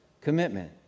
commitment